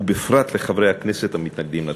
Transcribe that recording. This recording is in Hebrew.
ובפרט לחברי הכנסת המתנגדים לתוכנית.